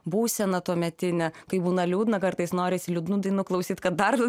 būseną tuometinę kai būna liūdna kartais norisi liūdnų dainų klausyt kad dar